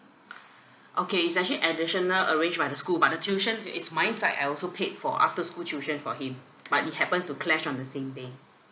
okay it's actually additional arranged by the school but the tuition it is my side I also paid for after school tuition for him but it happened to clash on the same day